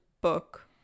book